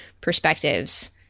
perspectives